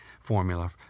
formula